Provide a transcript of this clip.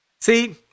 See